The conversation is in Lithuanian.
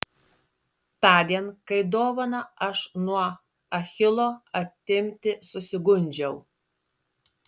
tądien kai dovaną aš nuo achilo atimti susigundžiau